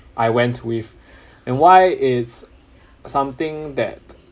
I went with and why it's something that